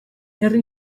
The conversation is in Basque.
herri